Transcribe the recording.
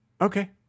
Okay